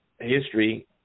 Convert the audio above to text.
history